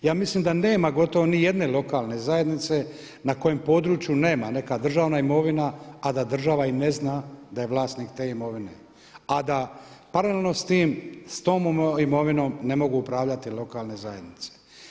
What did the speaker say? Ja mislim da nema gotovo nijedne lokalne zajednice na kojem području nema neka državna imovina, a da država i ne zna da je vlasnik te imovine, a da paralelno s tom imovinom ne mogu upravljati lokalne zajednice.